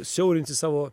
siaurinsi savo